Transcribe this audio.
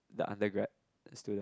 the undergrad student